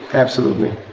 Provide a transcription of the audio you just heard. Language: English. absolutely.